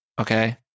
Okay